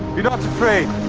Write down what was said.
it not afraid.